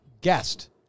guest